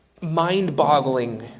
mind-boggling